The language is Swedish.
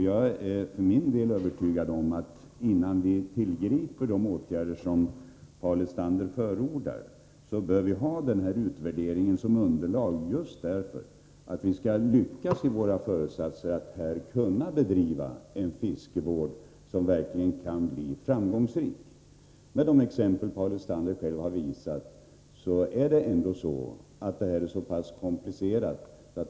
Jag anser för min del bestämt att vi innan vi tillgriper de åtgärder som Paul Lestander förordar bör ha den här utvärderingen som underlag, just för att vi skall kunna lyckas i våra föresatser att bedriva en fiskevård som verkligen blir framgångsrik. Det vi nu talar om är ändå — med de exempel Paul Lestander själv har visat —- komplicerade frågor.